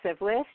list